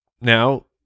now